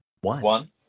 One